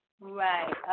Right